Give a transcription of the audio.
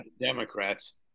Democrats